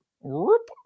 whoop